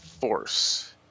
force